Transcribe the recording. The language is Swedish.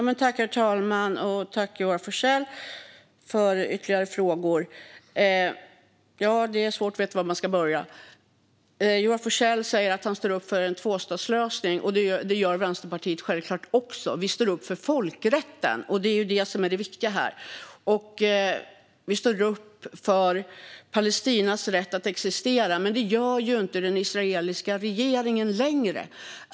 Herr talman! Tack, Joar Forssell, för ytterligare frågor! Ja, det är svårt att veta var man ska börja. Joar Forssell säger att han står upp för en tvåstatslösning, och det gör självklart Vänsterpartiet också. Vi står upp för folkrätten, och det är det som är det viktiga här. Vi står upp för Palestinas rätt att existera, men det gör inte den israeliska regeringen längre.